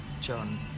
John